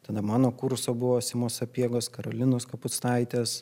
tada mano kurso buvo simo sapiegos karolinos kapustaitės